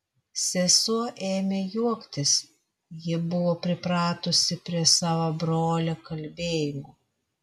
sesuo ėmė juoktis ji buvo pripratusi prie savo brolio kalbėjimo